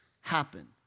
happen